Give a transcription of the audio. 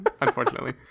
Unfortunately